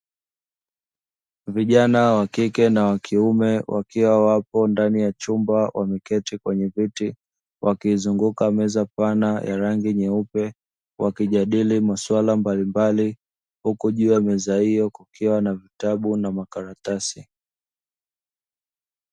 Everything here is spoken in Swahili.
Vijana wakike na wakiume wakiwa wapo ndani ya chumba, wameketi kwenye viti wakiizunguka meza pana ya rangi nyeupe, wakijadili maswala mbalimbali huku juu ya meza hiyo kukiwa na vitabu na makaratasi.